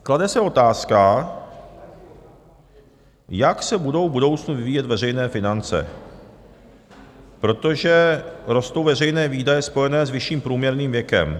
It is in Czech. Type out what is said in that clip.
Klade se otázka, jak se budou v budoucnu vyvíjet veřejné finance, protože rostou veřejné výdaje spojené s vyšším průměrným věkem.